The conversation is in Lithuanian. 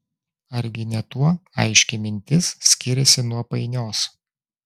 argi ne tuo aiški mintis skiriasi nuo painios